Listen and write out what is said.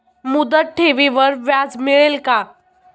मुदत ठेवीवर व्याज मिळेल का?